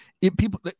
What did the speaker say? people